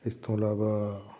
ਇਸ ਤੋਂ ਇਲਾਵਾ